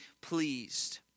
pleased